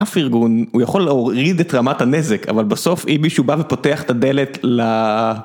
אף ארגון הוא יכול להוריד את רמת הנזק, אבל בסוף אם מישהו בא ופותח את הדלת ל...